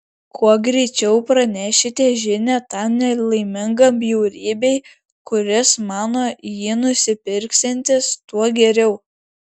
kuo greičiau pranešite žinią tam nelaimingam bjaurybei kuris mano jį nusipirksiantis tuo geriau